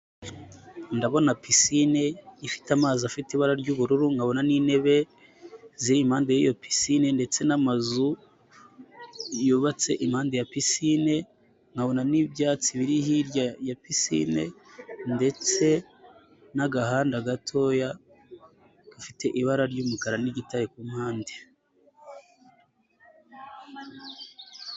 Ndabona pisine ifite amazi afite ibara ry'ubururu, nkabona n'intebe zir'impande y'iyo pisine ndetse n'amazu yubatse impande ya pisine, nkabona n'ibyatsi biri hirya ya pisine ndetse n'agahanda gatoya gafite ibara ry'umukara n'igitare ku mpande.